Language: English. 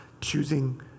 choosing